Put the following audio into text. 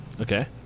Okay